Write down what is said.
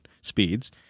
speeds